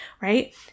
right